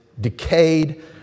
decayed